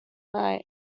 night